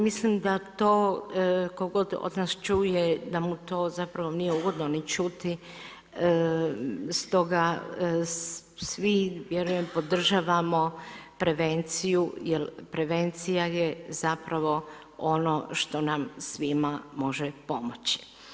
Mislim da to tko god od nas čuje, da mu to zapravo nije ugodno ni čuti, stoga svi vjerujem podržavamo prevenciju, jer prevencija je zapravo ono što nam svima može pomoći.